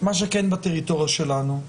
מה שכן לטריטוריה שלנו,